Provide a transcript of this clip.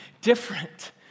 different